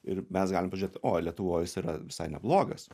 ir mes galim pažiūrėt o lietuvoj jis yra visai neblogas